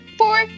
four